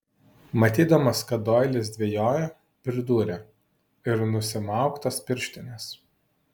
matydamas kad doilis dvejoja pridūrė ir nusimauk tas pirštines